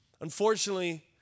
Unfortunately